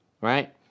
right